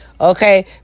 Okay